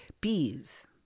bees